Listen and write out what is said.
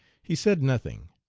he said nothing.